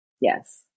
yes